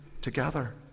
together